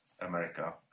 America